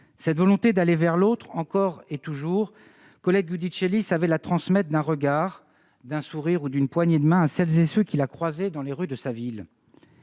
Cette volonté d'aller vers l'autre, encore et toujours, Colette Giudicelli savait la transmettre d'un regard, d'un sourire ou d'une poignée de main à celles et ceux qui la croisaient dans les rues de sa ville.